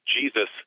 Jesus